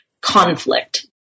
conflict